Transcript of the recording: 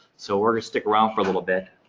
so we're going to stick around for a little bit.